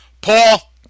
Paul